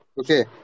okay